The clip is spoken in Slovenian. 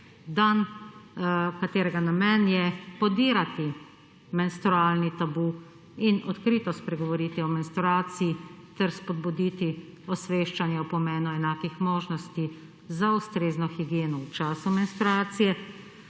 dan katerega namen je podirati menstrualni tabu in odkrito spregovorit o menstruaciji ter spodbuditi osveščanje o pomenu enakih možnosti za ustrezno higieno v času menstruacije,